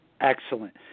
excellent